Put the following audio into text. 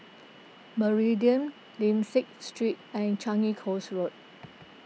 Meridian Lim Liak Street and Changi Coast Road